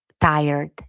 tired